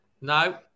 No